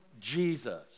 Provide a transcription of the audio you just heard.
Jesus